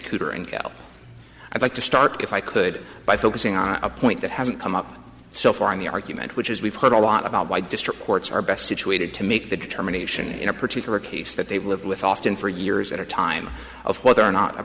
er and co i'd like to start if i could by focusing on a point that hasn't come up so far in the argument which is we've heard a lot about why district courts are best situated to make the determination in a particular case that they've lived with often for years at a time of whether or not a